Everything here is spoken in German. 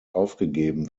aufgegeben